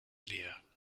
leer